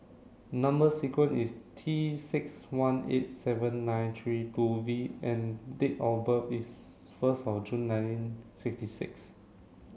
number sequence is T six one eight seven nine three two V and date of birth is first of June nineteen sixty six